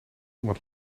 iemand